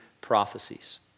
prophecies